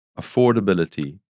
affordability